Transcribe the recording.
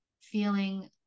feeling